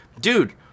dude